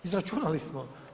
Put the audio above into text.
Izračunali smo.